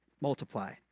multiply